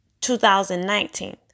2019